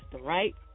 right